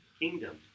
kingdom